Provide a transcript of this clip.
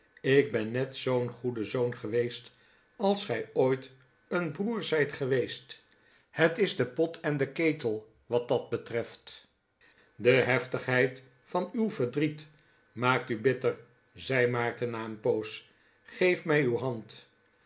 ik ben net zoo'n goede zoon geweest als gij ooit een broer zijt geweest het is de pot en de ketel wat dat betreft de heftigheid van uw verdriet maakt u bitter zei maarten na een poos geef mij uw hand